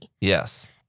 Yes